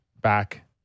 back